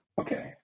okay